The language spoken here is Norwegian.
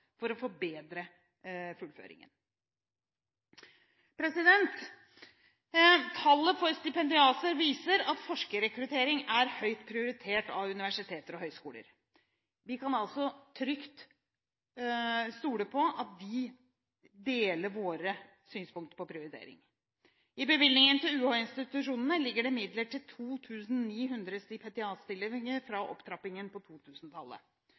for å forbedre fullføringen. Tallet for stipendiater viser at forskerrekruttering er høyt prioritert av universiteter og høyskoler. Vi kan altså trygt stole på at de deler våre synspunkter på prioritering. I bevilgningen til UH-institusjonene ligger det midler til 2 900 stipendiatstillinger fra opptrappingen på